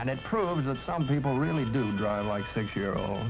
and it proves a some people really do dry like six year old